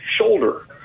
shoulder